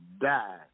die